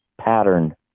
pattern